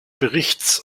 berichts